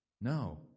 No